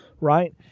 right